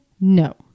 No